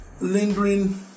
lingering